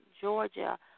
Georgia